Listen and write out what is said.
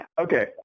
Okay